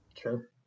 Sure